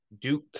Duke